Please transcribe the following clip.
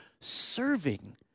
serving